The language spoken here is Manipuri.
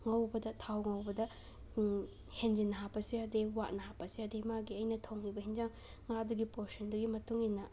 ꯉꯧꯕꯗ ꯊꯥꯎ ꯉꯧꯕꯗ ꯍꯦꯟꯖꯤꯟꯅ ꯍꯥꯞꯄꯁꯨ ꯌꯥꯗꯦ ꯋꯥꯠꯅ ꯍꯥꯞꯄꯁꯨ ꯌꯥꯗꯦ ꯃꯥꯒꯤ ꯑꯩꯅ ꯊꯣꯡꯂꯤꯕ ꯍꯤꯟꯖꯥꯡ ꯉꯥꯗꯨꯒꯤ ꯄꯣꯔꯁꯟꯗꯨꯒꯤ ꯃꯇꯨꯡ ꯏꯟꯅ